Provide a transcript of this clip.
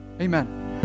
Amen